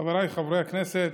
חבריי חברי הכנסת,